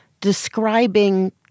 describing